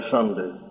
Sunday